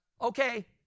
Okay